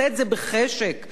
שהוא לא עושה את זה באהבה,